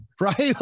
right